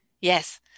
yes